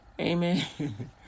Amen